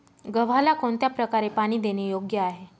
गव्हाला कोणत्या प्रकारे पाणी देणे योग्य आहे?